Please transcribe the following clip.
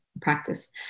practice